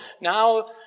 now